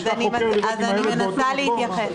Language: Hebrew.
הוא ישלח חוקר לראות אם הילד וההורה באותו מקום?